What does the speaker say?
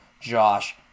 Josh